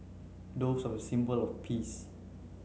doves are a symbol of peace